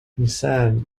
nissan